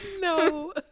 No